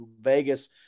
Vegas